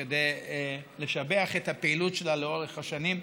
כדי לשבח את הפעילות שלה לאורך השנים,